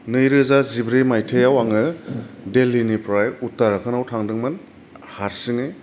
नैरोजा जिब्रै मायथाइयाव आङो दिल्लीनिफ्राय उत्तराखन्दाव थांदोंमोन हारसिङै